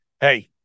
hey